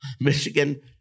Michigan